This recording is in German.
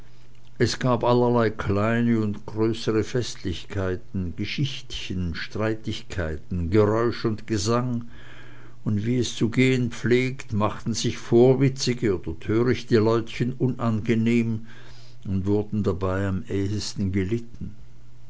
es gab allerlei kleine und größere festlichkeiten geschichtchen streitigkeiten geräusch und gesang und wie es zu gehen pflegt machten sich vorwitzige oder törichte leutchen unangenehm und wurden dabei am ehesten gelitten